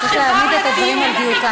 אבל אתה צריך להעמיד את הדברים על דיוקם.